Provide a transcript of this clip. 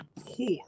poor